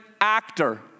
actor